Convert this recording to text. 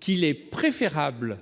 qu'il est préférable